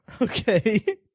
Okay